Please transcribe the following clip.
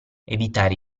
evitare